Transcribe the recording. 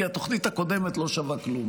כי התוכנית הקודמת לא שווה כלום.